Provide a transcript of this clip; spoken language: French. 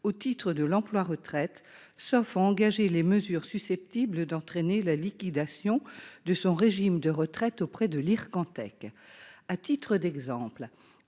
au titre de l'emploi-retraite, sauf à engager les mesures susceptibles d'entraîner la liquidation de son régime de retraite auprès de l'Ircantec,